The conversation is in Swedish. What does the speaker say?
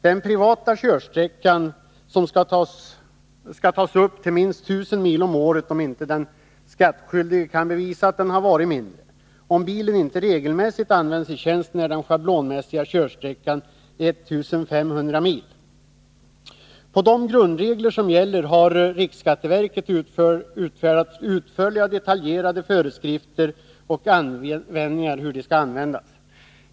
Den privata körsträckan skall tas upp till minst 1000 mil om året, om inte den skattskyldige kan bevisa att den har varit mindre. Om bilen inte regelmässigt används i tjänst är den schablonmässiga körsträckan 1 500 mil. På de grundvalar som gäller har riksskatteverket utfärdat utförliga och detaljerade föreskrifter och anvisningar.